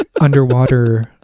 underwater